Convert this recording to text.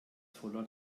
voller